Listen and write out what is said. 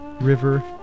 River